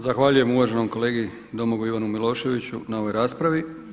Zahvaljujem uvaženom kolegi Domagoju Ivanu Miloševiću na ovoj raspravi.